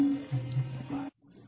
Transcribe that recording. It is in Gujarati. તેથી